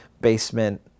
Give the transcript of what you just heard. basement